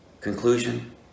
conclusion